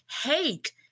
hate